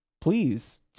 Please